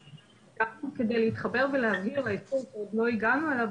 --- כדי להתחבר ולהבהיר --- עוד לא הגענו אליו,